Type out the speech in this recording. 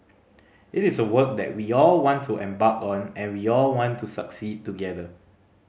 it is a work that we all want to embark on and we all want to succeed together